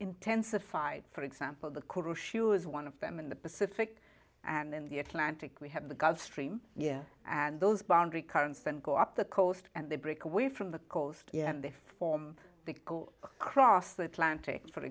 intensified for example the coral shoes one of them in the pacific and in the atlantic we have the gulf stream year and those boundary currents then go up the coast and they break away from the coast and they form the go across the atlantic for